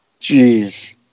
Jeez